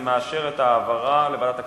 מאשר את ההעברה לוועדת הכספים.